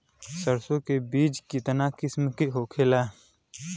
सरसो के बिज कितना किस्म के होखे ला?